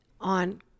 on